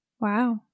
Wow